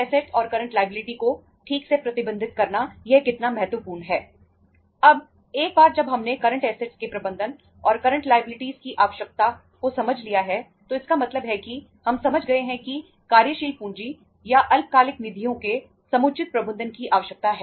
अब एक बार जब हमने करंट ऐसेट की आवश्यकता को समझ लिया है तो इसका मतलब है कि हम समझ गए हैं कि कार्यशील पूंजी या अल्पकालिक निधियों के समुचित प्रबंधन की आवश्यकता है